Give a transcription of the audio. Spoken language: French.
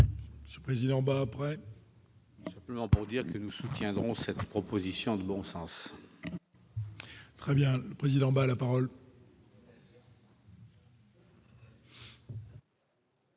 parole ce président ben après. Simplement pour dire que nous soutiendrons cette proposition de bon sens. Très bien le président bat la parole.